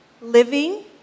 Living